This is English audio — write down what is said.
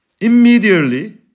immediately